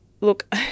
look